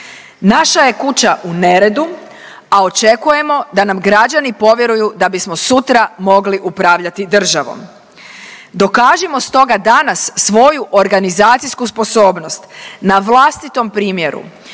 naša je kuća u neredu, a očekujemo da nam građani povjeruju da bismo sutra mogli upravljati državom. Dokažimo stoga danas svoju organizacijsku sposobnost na vlastitom primjeru